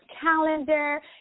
calendar